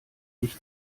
mich